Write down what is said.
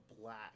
black